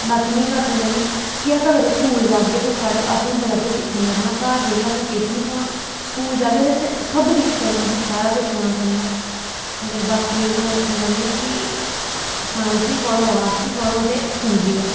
बाकी में इयै आखना चाह्न्नी आं अगर अस स्कूल जाह्गे ते असेंगी बड़ा किश सिक्खनें गी लब्भना घर बेहियै असेंगी किश नी थ्होना स्कूल जाह्गे चते असें सब किश औना ते बाकी में अयै आक्खना चाह्नी आं कि साईंस बी पढ़ो आर्टस बी पढ़ो ते स्कूल बी जाओ